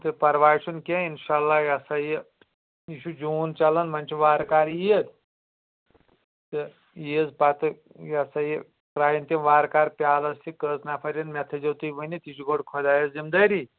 تہٕ پرواے چُھنہ کینٛہہ انشاء اللہ یا سا یہِ یہِ چُھ جون چلان وۄنۍ چھِ وارٕ کار عید تہٕ عیز پَتہ یہِ ہسا یہِ تراون تِم وار کارٕ پیالس تہِ کٔژ نَفَر یِن مےٚ تھٲزٮ۪و تُہی ؤنِتھ یہِ چِھ گۄڑٕ خۄدایس ذِمہٕ دٲری